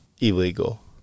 illegal